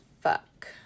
fuck